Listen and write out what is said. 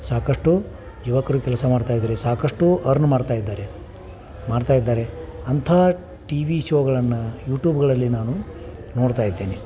ಸಾಕಷ್ಟು ಯುವಕರು ಕೆಲಸ ಮಾಡ್ತಾ ಇದಾರೆ ಸಾಕಷ್ಟು ಅರ್ನ್ ಮಾರ್ತಾ ಇದ್ದಾರೆ ಮಾಡ್ತಾ ಇದ್ದಾರೆ ಅಂತಹ ಟಿವಿ ಶೋಗಳನ್ನು ಯುಟೂಬ್ಗಳಲ್ಲಿ ನಾನು ನೋಡ್ತಾ ಇದ್ದೇನೆ